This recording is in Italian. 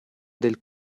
del